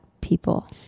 people